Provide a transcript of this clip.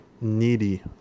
needy